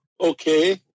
okay